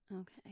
Okay